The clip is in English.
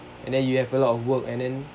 and then you have a lot of work and then